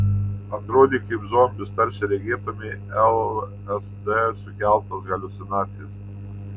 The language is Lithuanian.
atrodei kaip zombis tarsi regėtumei lsd sukeltas haliucinacijas